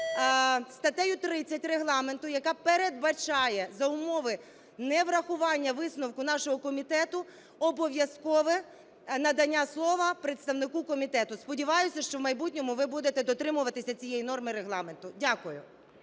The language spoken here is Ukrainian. статтею 30 Регламенту, яка передбачає за умови неврахування висновку нашого комітету обов'язкове надання слова представнику комітету. Сподіваюся, що в майбутньому ви будете дотримуватися цієї норми Регламенту. Дякую.